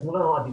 נתנו לנו עדיפות,